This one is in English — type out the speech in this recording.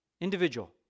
individual